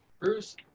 Bruce